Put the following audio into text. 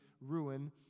ruin